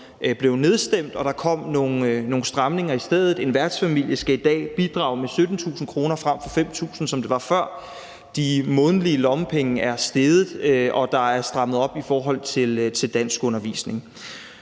blev nedstemt, og der kom nogle stramninger i stedet. En værtsfamilie skal i dag bidrage med 17.000 kr. frem for 5.000 kr., som det var før. De månedlige lommepenge er steget, og der er strammet op i forhold til danskundervisning.